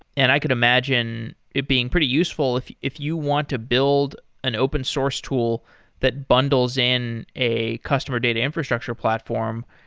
and i could imagine it being pretty useful if if you want to build an open source tool that bundles in a customer data infrastructure platform.